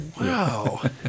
wow